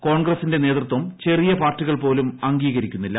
കോൺഗ്രസിന്റെ നേതൃത്വം ചെറിയ പാർട്ടികൾ പോലും അംഗീകരിക്കുന്നില്ല